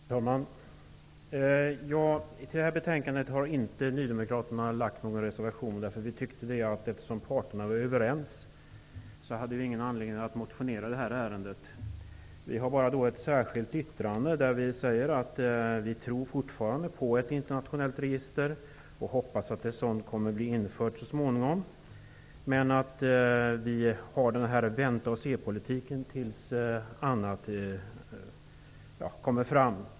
Herr talman! Till detta betänkande har inte nydemokraterna fogat någon reservation. Eftersom parterna var överens tyckte vi att vi inte hade någon anledning att motionera i ärendet. Vi har ett särskilt yttrande där vi säger att vi fortfarande tror på ett internationellt register och hoppas att ett sådant kommer att bli infört så småningom. Men vi tillämpar ''vänta-och-sepolitiken'' i väntan på att något nytt kommer fram.